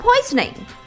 poisoning